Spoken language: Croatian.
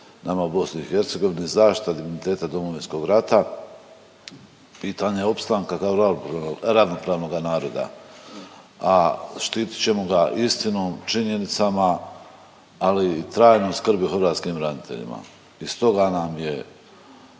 nama u BiH zaštita digniteta Domovinskog rata pitanje opstanka ravnopravnoga naroda? A štitit ćemo ga istinom, činjenicama, ali i trajnom skrbi hrvatskim braniteljima i stoga nam je